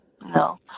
No